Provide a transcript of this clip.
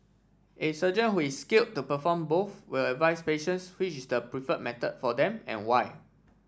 a surgeon who is skilled to perform both will advise patients which is the prefer method for them and why